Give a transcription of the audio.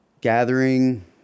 gathering